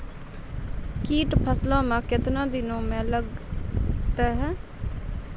कीट फसलों मे कितने दिनों मे लगते हैं?